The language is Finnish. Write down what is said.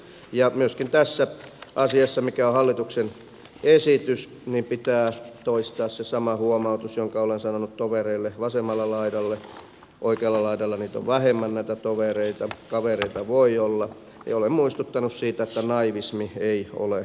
ja myöskin tässä asiassa mikä on hallituksen esitys pitää toistaa se sama huomautus jonka olen sanonut tovereille vasemmalla laidalla oikealla laidalla näitä tovereita on vähemmän kavereita voi olla ja olen muistuttanut siitä että naivismi ei ole aate